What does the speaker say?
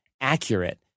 accurate